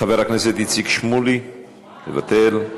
חבר הכנסת איציק שמולי, מוותר,